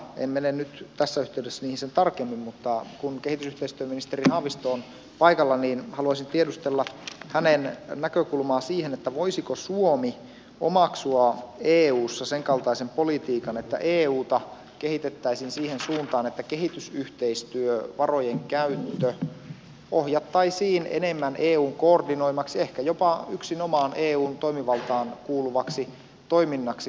en mene nyt tässä yhteydessä niihin sen tarkemmin mutta kun kehitysyhteistyöministeri haavisto on paikalla niin haluaisin tiedustella hänen näkökulmaansa siihen voisiko suomi omaksua eussa senkaltaisen politiikan että euta kehitettäisiin siihen suuntaan että kehitysyhteistyövarojen käyttö ohjattaisiin enemmän eun koordinoimaksi ehkä jopa yksinomaan eun toimivaltaan kuuluvaksi toiminnaksi